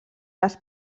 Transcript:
les